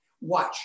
Watch